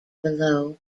below